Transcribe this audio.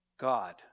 God